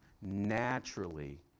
naturally